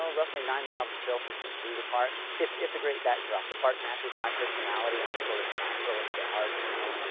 ah roughly nine miles of trail system through the park. it's it's a great backdrop. the park matches my personality. i'm sort of a naturalist at heart, you know.